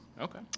Okay